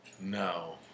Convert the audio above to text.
No